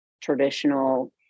traditional